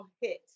hit